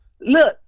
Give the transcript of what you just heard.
look